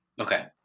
Okay